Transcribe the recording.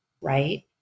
Right